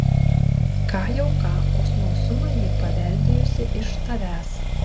ką jau ką o smalsumą ji paveldėjusi iš tavęs